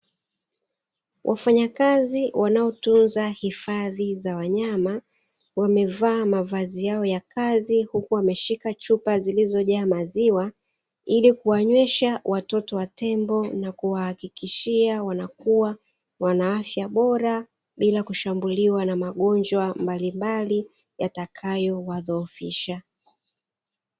Wafanya kazi wanaotunza hifadhi za wanyama, wamevaa mavazi yao ya kazi, huku wameshika chupa zilizojaa maziwa ili kuwanywesha watoto wa tembo, na kuwahakikishia wana kuwa Wana afya bora bila kushambuliwa na magonjwa mbalimbali yatakayowazohofisha.